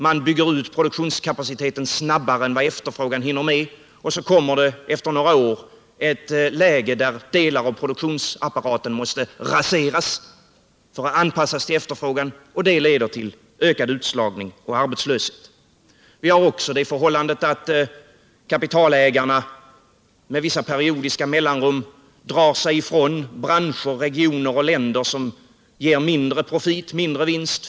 Man bygger ut produktionskapaciteten snabbare än vad efterfrågan hinner med, och så kommer efter några år ett läge, där delar av produktionsapparaten måste raseras för att anpassas till efterfrågan. Det leder till ökad utslagning och arbetslöshet. Vi har också det förhållandet att kapitalägarna med vissa periodiska mellanrum drar sig ifrån branscher, regioner och länder som ger mindre vinst.